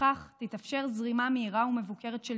בכך תתאפשר זרימה מהירה ומבוקרת של